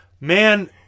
Man